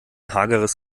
hageres